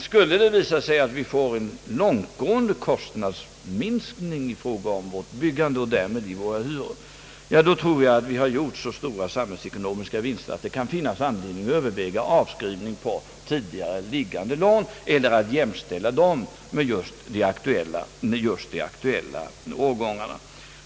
Skulle det visa sig, att vi får en långtgående kostnadsminskning i fråga om vårt byggande och därmed i våra hyror, så tror jag att vi har gjort så stora samhällsekonomiska vinster att det kan finnas anledning överväga avskrivning på tidigare liggande lån eller att jämställa dessa med de nu aktuella.